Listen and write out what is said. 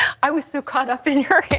i was so caught up in your